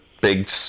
big